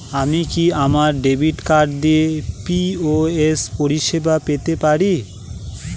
আমি কি আমার ডেবিট কার্ড দিয়ে পি.ও.এস পরিষেবা পেতে পারি?